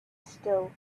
still